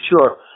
Sure